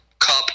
cup